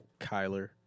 Kyler